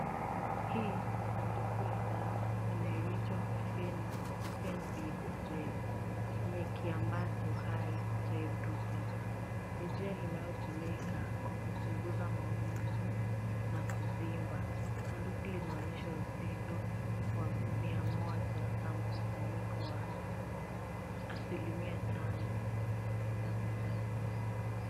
Hiii ni sadaku la dawa inayoitwa FenbidGel yenye kiambato hai cha [ebrufen].Ni [ge]l inayotumika kwa kupunguza maumivu na kuvimba na [dubli] inaonyesha wa uzito wa mia moja na mkusanyiko wa asilimia tano [ww].